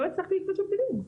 לא הצלחתי למצוא שם בגדים.